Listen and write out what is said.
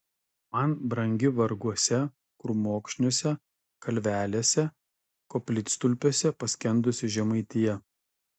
man brangi varguose krūmokšniuose kalvelėse koplytstulpiuose paskendusi žemaitija